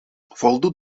voldoet